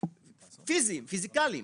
פיזיקליים,